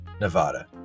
Nevada